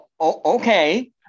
Okay